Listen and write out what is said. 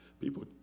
people